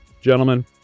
Gentlemen